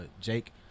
Jake